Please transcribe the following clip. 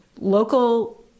local